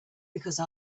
because